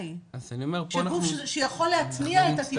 גוף שיכול להצניע את הסיפור.